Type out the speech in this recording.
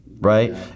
right